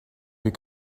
your